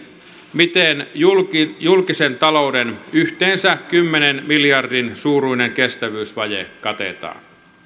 miten julkisen julkisen talouden yhteensä kymmenen miljardin suuruinen kestävyysvaje katetaan